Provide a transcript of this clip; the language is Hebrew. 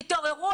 תתעוררו.